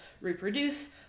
reproduce